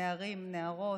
נערים ונערות,